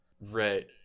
Right